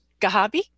gahabi